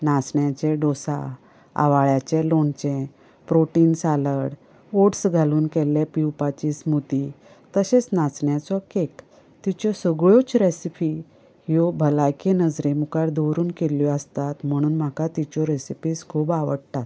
नासण्याचे डोसा आवाळ्याचें लोणचे protein salad oats घालून केल्ले पिवपाची स्मुथी तशेच नाचण्याचो केक तिच्यो सगळ्योच रॅसिपी ह्यो भलायकी नजरे मुखार दोवरून केल्ल्यो आसतात म्हुणून म्हाका तिच्यो रॅसिपीझ खूब आवडटात